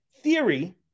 theory